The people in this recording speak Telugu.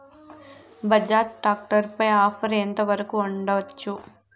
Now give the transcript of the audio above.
బజాజ్ టాక్టర్ పై ఆఫర్ ఎంత వరకు ఉండచ్చు?